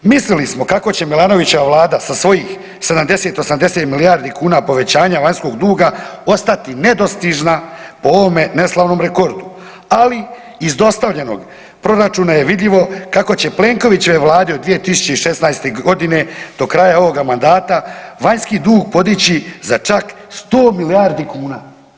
Mislili smo kako će Milanovićeva vlada sa svojih 70-80 milijardi kuna povećanja vanjskog duga ostati nedostižna po ovome neslavnom rekordu, ali iz dostavljenog proračuna je vidljivo kako će Plenkovićevoj vladi od 2016.g. do kraja ovoga mandata vanjski dug podići za čak 100 milijardi kuna.